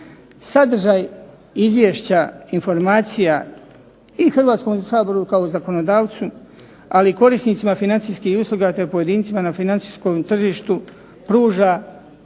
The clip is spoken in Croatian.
Sadržaj izvješća informacija i Hrvatskom saboru kao zakonodavcu, ali i korisnicima financijskih usluga te pojedincima na financijskom tržištu pruža